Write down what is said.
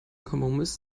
kompromiss